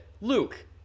Luke